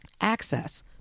Access